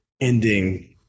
ending